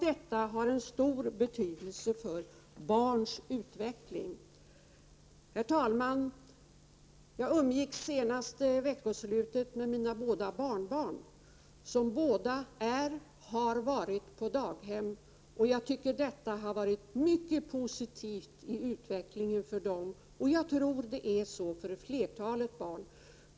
Detta har en stor betydelse för barns utveckling. Herr talman! Jag umgicks det senaste veckoslutet med mina två barnbarn, som båda är och har varit på daghem. Jag tycker att detta har varit positivt för deras utveckling, och jag tror att det är så för flertalet barn.